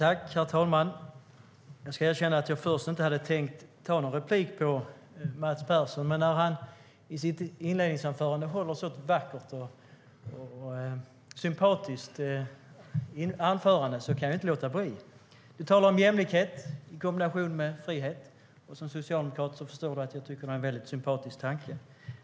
Herr talman! Jag ska erkänna att jag först inte hade tänkt begära replik på Mats Persson. Men när han höll ett sådant vackert och sympatiskt inledningsanförande kunde jag inte låta bli. Du talar om jämlikhet i kombination med frihet. Du förstår nog att jag som socialdemokrat tycker att det är en sympatisk tanke.